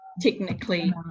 technically